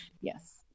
yes